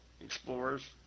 explorers